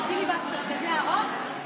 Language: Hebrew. פיליבסטר כזה ארוך,